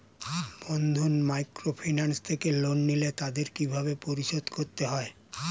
বন্ধন microfinance থেকে loan নিলে তাদের কিভাবে পরিশোধ করতে হয়?